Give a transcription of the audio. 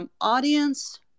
audience